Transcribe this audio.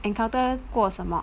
你 encounter 过什么